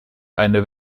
eine